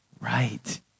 right